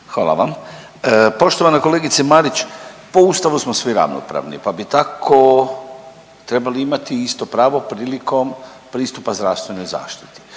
Hvala vam. Poštovana kolegice Marić po Ustavu smo svi ravnopravni, pa bi tako trebali imati i isto pravo prilikom pristupa zdravstvenoj zaštiti.